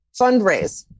fundraise